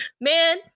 man